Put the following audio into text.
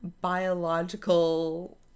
biological